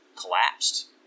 collapsed